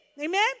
Amen